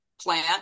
plant